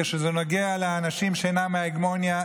כשזה נוגע לאנשים שאינם מההגמוניה,